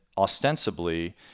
ostensibly